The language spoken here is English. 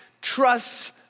trusts